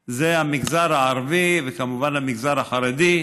הן מהמגזר הערבי, וכמובן המגזר החרדי,